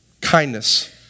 kindness